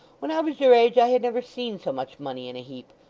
when i was your age, i had never seen so much money, in a heap.